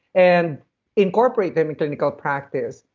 and incorporate them in clinical practice?